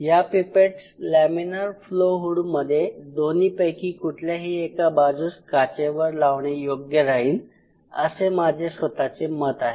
या pipettes laminar flow हुडमध्ये दोन्ही पैकी कुठल्याही एका बाजूस काचेवर लावणे योग्य राहील असे माझे स्वतःचे मत आहे